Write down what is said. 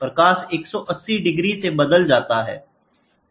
प्रकाश 180 degree से बदल जाता है